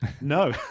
no